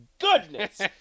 goodness